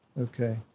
Okay